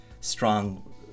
strong